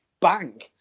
bang